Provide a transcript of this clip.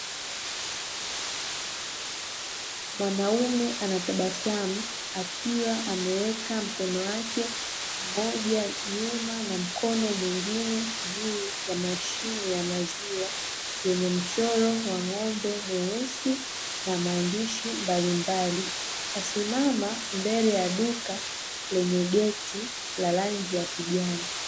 Mwanaume anatabasamu akiwa ameweka mkono wake mmoja nyuma na mkono mwingine juu ya mashine ya maziwa yenye mchoro wa ng'ombe mweusi na maandishi mbalimbali, kasimamama mbele ya duka lenye geti lenye rangi ya kijani.